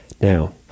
Now